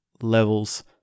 levels